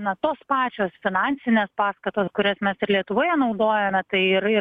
na tos pačios finansinės paskatos kurias mes ir lietuvoje naudojame tai ir ir